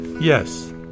yes